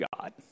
God